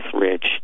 Rich